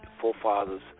forefathers